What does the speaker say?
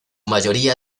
mayoría